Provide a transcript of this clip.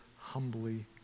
humbly